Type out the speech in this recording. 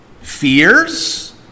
fears